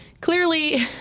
clearly